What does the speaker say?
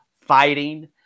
fighting